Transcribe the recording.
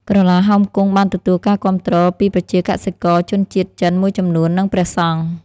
ក្រឡាហោមគង់បានទទួលការគាំទ្រពីប្រជាកសិករ ជនជាតិចិនមួយចំនួន និងព្រះសង្ឃ។